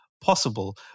possible